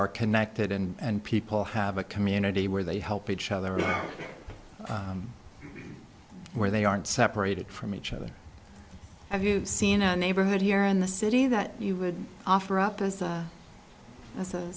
are connected and people have a community where they help each other where they aren't separated from each other have you seen a neighborhood here in the city that you would offer up as